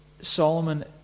Solomon